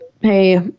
hey